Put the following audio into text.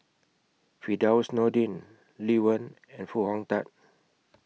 Firdaus Nordin Lee Wen and Foo Hong Tatt